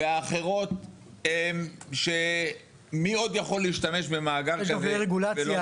והאחרות שמי עוד יכול להשתמש במאגר כזה --- יש הרבה רגולציה,